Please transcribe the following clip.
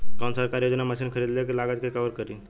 कौन सरकारी योजना मशीन खरीदले के लागत के कवर करीं?